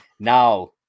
Now